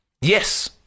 yes